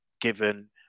Given